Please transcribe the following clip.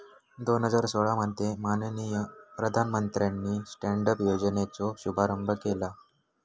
दोन हजार सोळा मध्ये माननीय प्रधानमंत्र्यानी स्टॅन्ड अप योजनेचो शुभारंभ केला